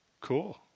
Cool